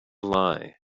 lie